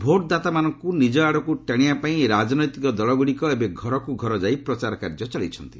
ଭୋଟଦାତାମାନଙ୍କ ନିଜ ଆଡ଼କୃ ଟାଣିବା ପାଇଁ ରାଜନୈତିକ ଦଳଗ୍ରଡ଼ିକ ଏବେ ଘରକ୍ତ ଘର ଯାଇ ପ୍ରଚାର କାର୍ଯ୍ୟ ଚଳାଇଛନ୍ତି